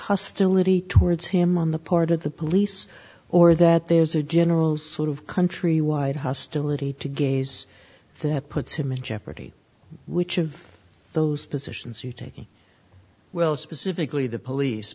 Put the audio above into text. lety towards him on the part of the police or that there's a general sort of countrywide hostility to gays that puts him in jeopardy which of those positions are you taking well specifically the police